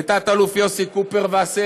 לתת אלוף יוסי קופרווסר,